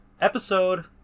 episode